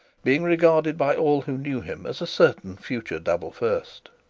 being regarded by all who knew him as a certain future double first.